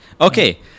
Okay